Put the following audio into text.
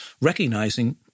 recognizing